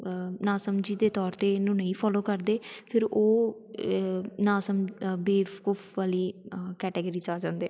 ਨਾ ਸਮਝੀ ਦੇ ਤੌਰ 'ਤੇ ਇਹਨੂੰ ਨਹੀਂ ਫੋਲੋ ਕਰਦੇ ਫਿਰ ਉਹ ਨਾ ਸਮ ਬੇਵਕੂਫ ਵਾਲੀ ਕੈਟਾਗੀਰੀ 'ਚ ਆ ਜਾਂਦੇ